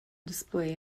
display